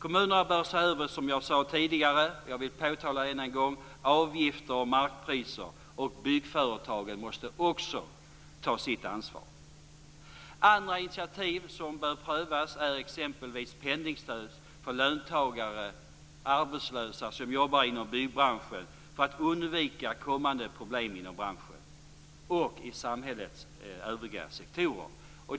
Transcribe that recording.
Kommunerna bör, som jag sade tidigare, se över sina avgifter och markpriser, och byggföretagen måste också ta sitt ansvar. Andra initiativ som bör prövas är exempelvis pendlingstöd för löntagare och arbetslösa som jobbar inom byggbranschen för att undvika kommande problem inom branschen och i samhällets övriga sektorer.